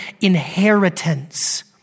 inheritance